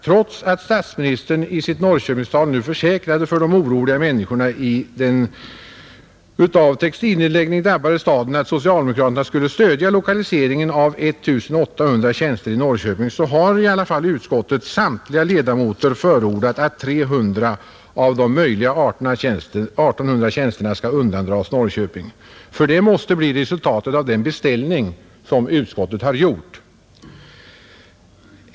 Trots att statsministern i sitt Norrköpingstal försäkrade de oroliga människorna i den av textilindustrinedläggning drabbade staden att socialdemokraterna skulle stödja lokaliseringen av 1 800 tjänster till Norrköping så har i alla fall utskottets samtliga ledamöter förordat att 300 av de möjliga 1 800 tjänsterna skall undandras Norrköping. Det måste nämligen bli resultatet av den beställning som utskottet har gjort.